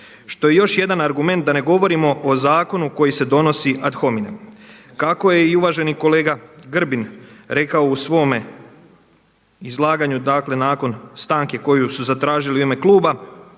što je još jedan argument da ne govorimo o zakonu koji se donosi ad hominem. Kako je i uvaženi kolega Grbin rekao u svome izlaganju nakon stanke koju su zatražili u ime kluba,